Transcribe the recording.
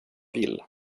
vill